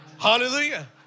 Hallelujah